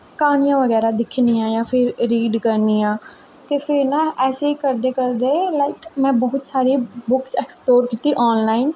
क्हानियां बगैरा दिक्खनी आं जां फिर रीड बगैरा करनी आं ते फिर ना ऐसा करदे करदे में बौह्त सारे बुक ऐक्सपर्ट कीती आनलाईन